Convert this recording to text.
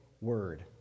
word